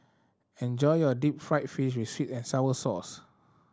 enjoy your deep fried fish with sweet and sour sauce